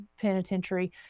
Penitentiary